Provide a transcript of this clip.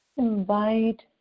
Invite